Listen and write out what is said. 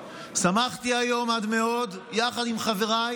שמחתי היום עד מאוד, יחד עם חבריי